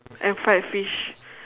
and fried fish